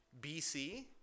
BC